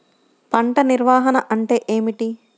పంట నిర్వాహణ అంటే ఏమిటి?